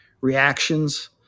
reactions